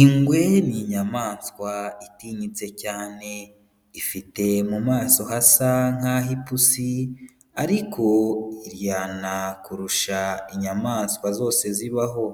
Ingwe ni inyamaswa itinyitse cyane, ifite mu maso hasa nk'ah'ipusi ariko iryana kurusha inyamaswa zose zibaho,